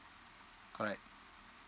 correct